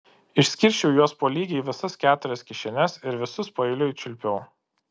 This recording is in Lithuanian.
išskirsčiau juos po lygiai į visas keturias kišenes ir visus paeiliui čiulpiau